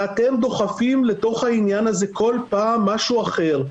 ואתם דוחפים לתוך העניין הזה כל פעם משהו אחר,